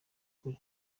ukuri